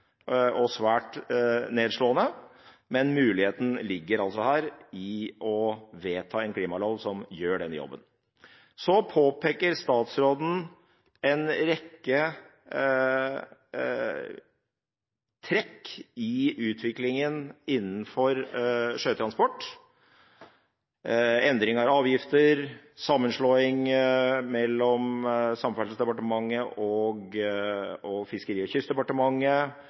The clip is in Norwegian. og svært nedslående, men muligheten ligger altså her, ved å vedta en klimalov som gjør denne jobben. Så påpeker statsråden en rekke trekk i utviklingen innenfor sjøtransport: endring av avgifter, sammenslåing mellom Samferdselsdepartementet og Fiskeri- og kystdepartementet,